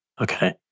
Okay